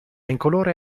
incolore